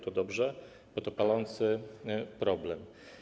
To dobrze, bo to palący problem.